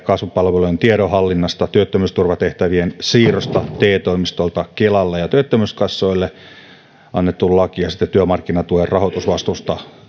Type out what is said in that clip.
kasvupalvelujen tiedonhallinnasta ja työttömyysturvatehtävien siirrosta te toimistoilta kelalle ja ja työttömyyskassoille sekä työmarkkinatuen rahoitusvastuuta